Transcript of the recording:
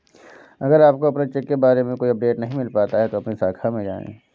अगर आपको अपने चेक के बारे में कोई अपडेट नहीं मिल पाता है तो अपनी शाखा में आएं